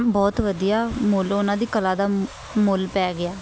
ਬਹੁਤ ਵਧੀਆ ਮੁੱਲ ਉਹਨਾਂ ਦੀ ਕਲਾ ਦਾ ਮੁੱਲ ਪੈ ਗਿਆ